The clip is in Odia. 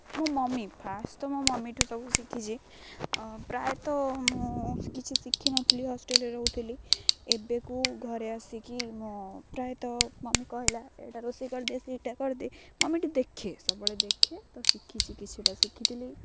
ମୋ ମମି ଫାଷ୍ଟ୍ ତ ମୋ ମମିଠୁ ସବୁ ଶିଖିଛି ପ୍ରାୟତଃ ମୁଁ କିଛି ଶିଖିନଥିଲି ହଷ୍ଟେଲ୍ରେ ରହୁଥିଲି ଏବେକୁ ଘରେ ଆସିକି ମୋ ପ୍ରାୟତଃ ମମି କହିଲା ଏଇଟା ରୋଷେଇ କରିଦେ ସେଇଟା କରିଦେ ମମିଠୁ ଦେଖେ ସବୁବେଳେ ଦେଖେ ତ ଶିଖିଛି କିଛିଟା ଶିଖିଥିଲି